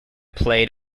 played